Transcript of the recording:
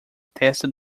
testa